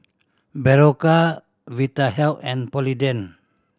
Berocca Vitahealth and Polident